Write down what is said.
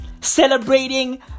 celebrating